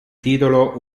titolo